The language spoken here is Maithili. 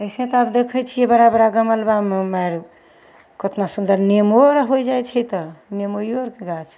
अइसे तऽ आब देखै छिए बड़ा बड़ा गमलामे मारि कतना सुन्दर नेबो आओर होइ जाइ छै तऽ नेबोए आओरके गाछ